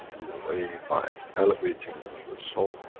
in a way, by elevating another soul,